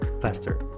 faster